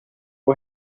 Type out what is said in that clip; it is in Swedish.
och